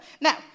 Now